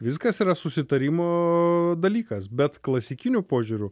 viskas yra susitarimo dalykas bet klasikiniu požiūriu